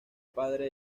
padre